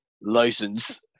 license